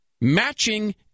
matching